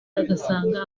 asanga